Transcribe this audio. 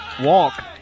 walk